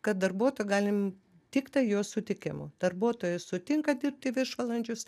kad darbuotoją galim tiktai jo sutikimu darbuotojas sutinka dirbti viršvalandžius